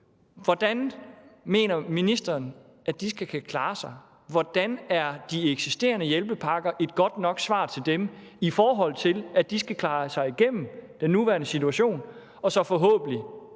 Hvordan mener ministeren at de skal kunne klare sig? Hvordan er de eksisterende hjælpepakker et godt nok svar til dem, i forhold til at de skal klare sig igennem den nuværende situation, hvor de forhåbentlig,